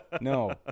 No